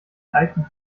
ereignis